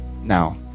Now